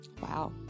wow